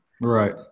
right